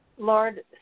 Lord